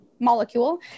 molecule